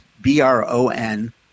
B-R-O-N